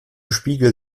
spiegeln